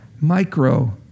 Micro